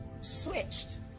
switched